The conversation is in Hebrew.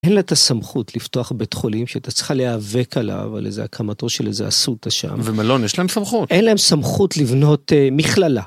אין לה את הסמכות לפתוח בית חולים שהיא היתה צריכה להיאבק עליו על איזה הקמתו של איזה אסותא שם. ומלון יש להם סמכות? אין להם סמכות לבנות מכללה